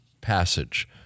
passage